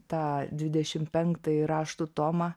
tą dvidešim penktąjį raštų tomą